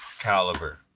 caliber